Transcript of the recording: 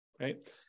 right